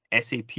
SAP